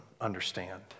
understand